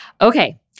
Okay